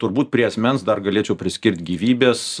turbūt prie asmens dar galėčiau priskirt gyvybės